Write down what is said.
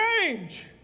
change